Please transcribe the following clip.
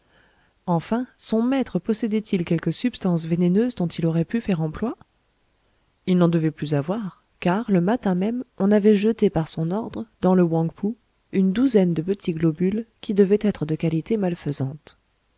enfin son maître possédait-il quelque substance vénéneuse dont il aurait pu faire emploi il n'en devait plus avoir car le matin même on avait jeté par son ordre dans le houang pou une douzaine de petits globules qui devaient être de qualité malfaisante